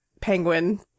penguin